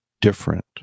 different